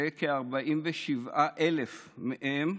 שכ-47,000 מהם,